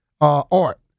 art